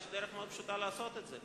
יש דרך פשוטה מאוד לעשות את זה,